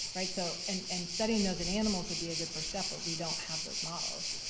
right. so and and studying those in animals would be a good first step, but we don't have those models.